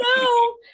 no